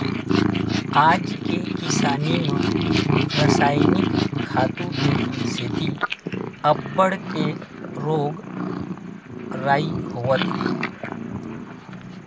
आज के किसानी म रसायनिक खातू के सेती अब्बड़ के रोग राई होवत हे